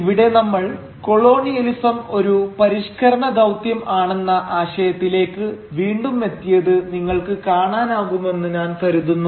ഇവിടെ നമ്മൾ കൊളോണിയലിസം ഒരു പരിഷ്കരണ ദൌത്യം ആണെന്ന ആശയത്തിലേക്ക് വീണ്ടുമെത്തിയത് നിങ്ങൾക്ക് കാണാനാകുമെന്ന് ഞാൻ കരുതുന്നു